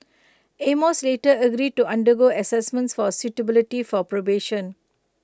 amos later agreed to undergo Assessment for A suitability for probation